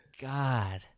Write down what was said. God